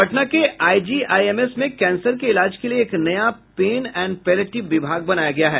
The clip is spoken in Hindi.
पटना के आईजीआईएमएस में कैंसर के इलाज के लिए एक नया पेन एण्ड पेलिटिव विभाग बनाया गया है